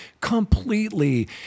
completely